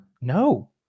No